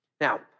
Now